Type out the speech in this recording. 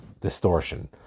distortion